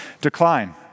decline